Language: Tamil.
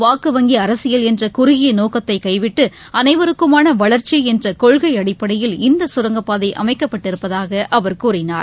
வாக்கு வங்கி அரசியல் என்ற குறுகிய நோக்கத்தை கைவிட்டு அனைவருக்குமான வளர்ச்சி என்ற கொள்கை அடிப்படையில் இந்த சுரங்கப்பாதை அமைக்கப் பட்டிருப்பதாக அவர் கூறினார்